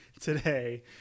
today